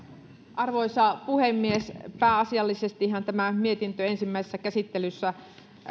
arvoisa puhemies pääasiallisestihan tämä mietintö ensimmäisessä käsittelyssä